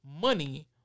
money